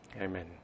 Amen